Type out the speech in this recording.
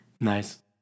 Nice